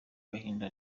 gahinda